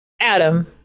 adam